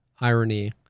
irony